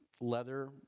leather